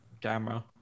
camera